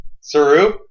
Saru